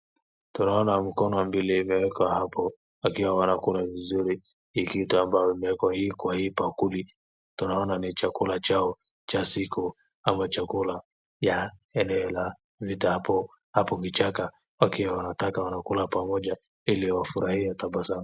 Tunaona mkono mbili imewekwa hapo, wakiwa wanakula vizuri hii kitu ambayo imeekwa kwa hii bakuli. Tunaona ni chakula chao cha siku. Ama chakula ya eneo la vita hapo kichaka wakiwa wanataka wanakula pamoja ili wafurahie tabasamu.